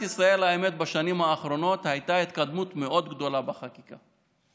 בשנים האחרונות הייתה במדינת ישראל התקדמות גדולה מאוד בחקיקה.